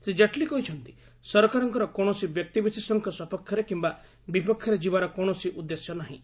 ଶ୍ରୀ ଜେଟ୍ଲୀ କହିଛନ୍ତି ସରକାରଙ୍କର କୌଣସି ବ୍ୟକ୍ତିବିଶେଷଙ୍କ ସପକ୍ଷରେ କିମ୍ବା ବିପକ୍ଷରେ ଯିବାର କୌଣସି ଉଦ୍ଦେଶ୍ୟ ନାହିଁ